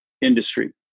industry